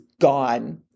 gone